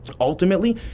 ultimately